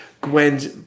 Gwen's